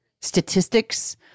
statistics